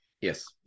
Yes